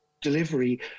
delivery